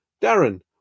Darren